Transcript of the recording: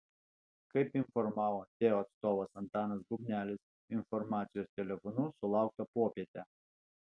kaip informavo teo atstovas antanas bubnelis informacijos telefonu sulaukta popietę